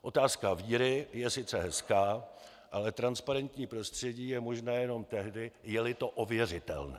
Otázka víry je sice hezká, ale transparentní prostředí je možné jenom tehdy, jeli to ověřitelné.